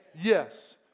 Yes